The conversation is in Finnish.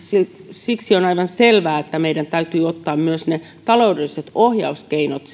siksi on aivan selvää että meidän täytyy ottaa siinä käyttöön myös ne taloudelliset ohjauskeinot